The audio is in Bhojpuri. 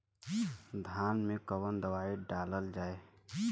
धान मे कवन दवाई डालल जाए?